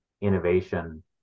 innovation